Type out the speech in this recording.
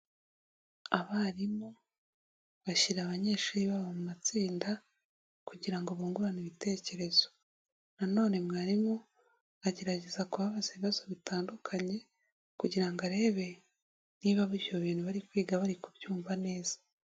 Abarimu bashyira abanyeshuri babo mu matsinda kugira ngo bungurane ibitekerezo, nanone mwarimu agerageza kubabaza ibibazo bitandukanye kugira ngo arebe niba ibyo bintu biga bari kwiga bari kubyumva neza.